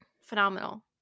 phenomenal